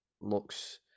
looks